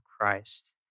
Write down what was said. Christ